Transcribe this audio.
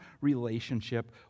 relationship